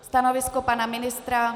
Stanovisko pana ministra?